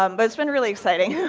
um but it's been really exciting.